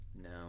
No